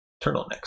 turtlenecks